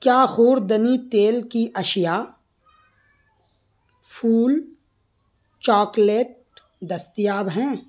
کیا خوردنی تیل کی اشیاء فول چاکلیٹ دستیاب ہیں